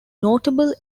notable